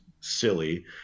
silly